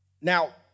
Now